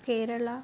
Kerala